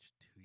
two